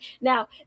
Now